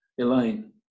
Elaine